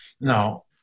Now